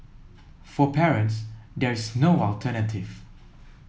for parents there is no alternative